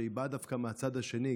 שבאה דווקא מהצד השני,